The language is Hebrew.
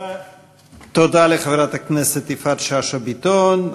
תודה לחברת הכנסת יפעת שאשא ביטון.